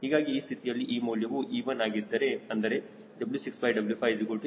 ಹೀಗಾಗಿ ಈ ಸ್ಥಿತಿಯಲ್ಲಿ E ಮೌಲ್ಯವು E1 ಆಗಿದ್ದರೆ